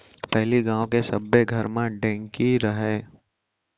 पहिली गांव के सब्बे घर म ढेंकी रहय